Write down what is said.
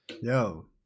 Yo